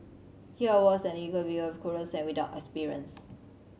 here I was an eager beaver clueless and without experience